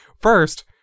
First